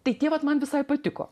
tai vat man visai patiko